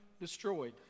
destroyed